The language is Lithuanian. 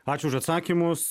ačiū už atsakymus